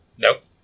Nope